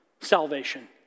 salvation